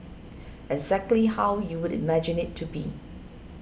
exactly how you would imagine it to be